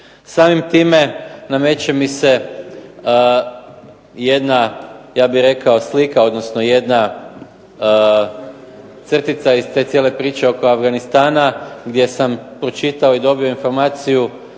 Samim time nameće mi se jedna ja bih rekao slika, odnosno jedna crtica iz te cijele priče oko Afganistana gdje sam pročitao i dobio informaciju